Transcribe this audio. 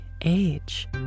age